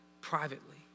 privately